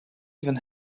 even